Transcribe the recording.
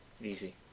Easy